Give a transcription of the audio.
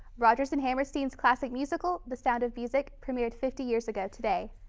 rodgers and hammerstein's classic musical. the sound of music. premiered fifty years ago today.